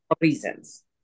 reasons